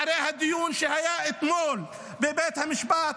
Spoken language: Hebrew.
אחרי הדיון שהיה אתמול בבית המשפט,